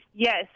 Yes